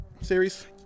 Series